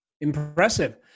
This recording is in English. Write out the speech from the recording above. Impressive